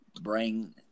bring